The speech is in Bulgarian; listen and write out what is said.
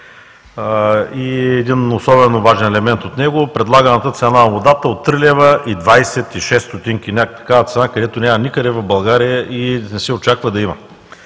И един особено важен елемент от него – предлаганата цена на водата е от 3,26 лв., такава някаква цена, каквато няма никъде в България и не се очаква да има.